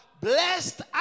blessed